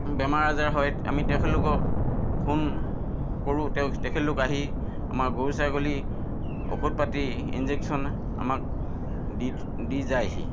বেমাৰ আজাৰ হয় আমি তেখেতলোকক ফোন কৰোঁ তেখেতলোক আহি আমাৰ গৰু ছাগলী ঔষধ পাতি ইনজেকছন আমাক দি দি যায়হি